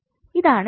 ഇതാണ് ചോദ്യം